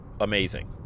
amazing